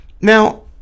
Now